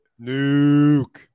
Nuke